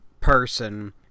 person